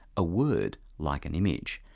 a word, like an image,